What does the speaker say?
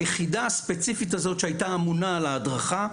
היחידה הספציפית הזאת שהייתה אמונה על ההדרכה,